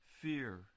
fear